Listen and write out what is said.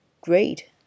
great